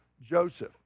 Joseph